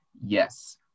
yes